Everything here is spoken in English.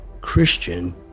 Christian